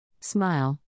Smile